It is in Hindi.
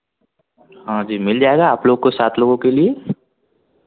हाँ जी मिल जाएगा आप लोग को सात लोगों के लिए